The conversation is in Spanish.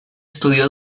estudió